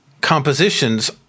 compositions